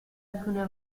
alcune